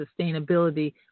sustainability